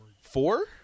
four